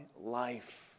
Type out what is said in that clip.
life